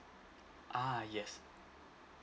ah yes